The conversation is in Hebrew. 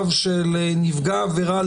נכון.